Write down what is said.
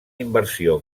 inversió